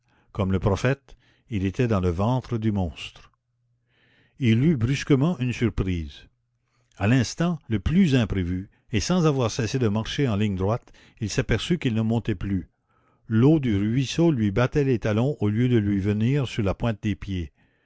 comme le prophète il était dans le ventre du monstre il eut brusquement une surprise à l'instant le plus imprévu et sans avoir cessé de marcher en ligne droite il s'aperçut qu'il ne montait plus l'eau du ruisseau lui battait les talons au lieu de lui venir sur la pointe des pieds